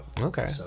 Okay